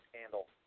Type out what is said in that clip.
scandal